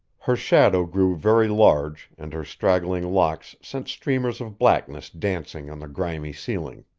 her shadow grew very large, and her straggling locks sent streamers of blackness dancing on the grimy ceiling.